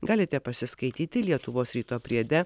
galite pasiskaityti lietuvos ryto priede